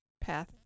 path